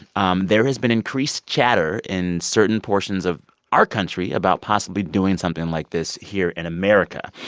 um there has been increased chatter in certain portions of our country about possibly doing something like this here in america.